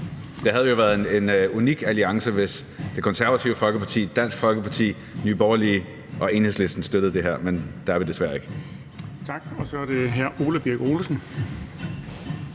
Det havde jo været en unik alliance, hvis Det Konservative Folkeparti, Dansk Folkeparti, Nye Borgerlige og Enhedslisten sammen støttede det her, men der er vi desværre ikke. Kl. 15:01 Den fg. formand (Erling